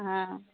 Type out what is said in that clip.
ಹಾಂ